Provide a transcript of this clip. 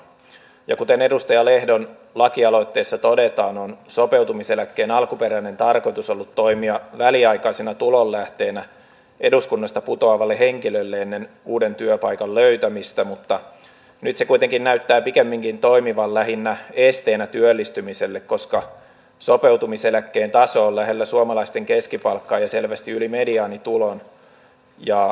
ja kuten edustaja lehdon lakialoitteessa todetaan on sopeutumiseläkkeen alkuperäinen tarkoitus ollut toimia väliaikaisena tulonlähteenä eduskunnasta putoavalle henkilölle ennen uuden työpaikan löytämistä mutta nyt se kuitenkin näyttää pikemminkin toimivan lähinnä esteenä työllistymiselle koska sopeutumiseläkkeen taso on lähellä suomalaisten keskipalkkaa ja selvästi yli mediaanitulon